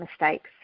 mistakes